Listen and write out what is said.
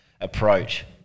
Approach